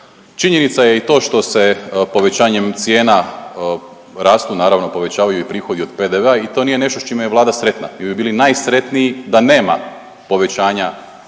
Činjenica je i to što se povećanjem cijena rastu naravno povećavaju i prihodi od PDV-a i to nije nešto s čime je Vlada sretna. Mi bi bili najsretniji da nema povećanja